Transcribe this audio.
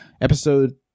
episode